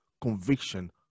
conviction